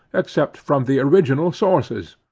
except from the original sources,